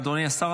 אדוני השר,